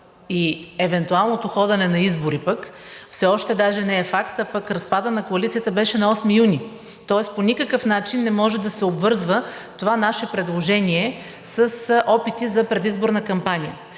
и евентуалното ходене на избори пък все още даже не е факт, а пък разпадът на коалицията беше на 8 юни, тоест по никакъв начин не може да се обвързва това наше предложение с опити за предизборна кампания.